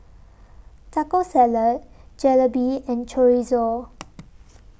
Taco Salad Jalebi and Chorizo